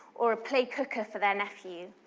or a play cooker for their nephew.